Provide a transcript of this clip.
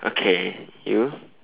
okay you